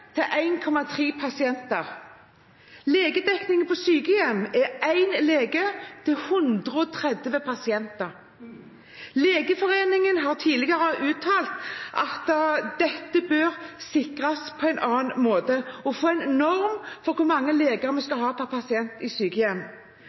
til 1,3 pasienter. Legedekningen på sykehjem er 1 lege til 130 pasienter. Legeforeningen har tidligere uttalt at dette bør sikres på en annen måte, at vi må få en norm for hvor mange leger vi